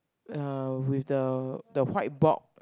uh with the the whiteboard